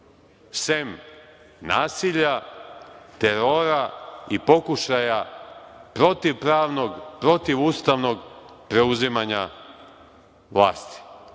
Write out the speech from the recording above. sem nasilja, terora i pokušaja protivpravnog, protivustavnog preuzimanja vlasti. Inače,